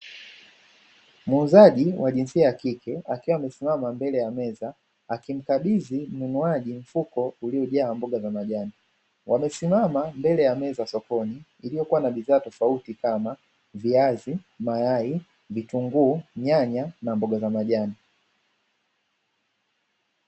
Muuzaji wa jinsia ya kike akiwa amesimama mbele ya meza akimkabidhi mnunuaji mfuko uliojaa mboga za majani. Wamesimama mbele ya meza sokoni iliyokuwa na bidhaa tofauti kama: viazi, mayai, vitunguu, nyanya na mboga za majani.